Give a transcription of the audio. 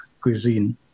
cuisine